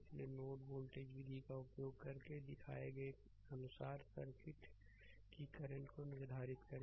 इसलिए node voltage node voltage विधि का उपयोग करके दिखाए गए अनुसार सर्किट की करंट को निर्धारित करें